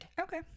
okay